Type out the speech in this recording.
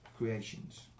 creations